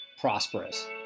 prosperous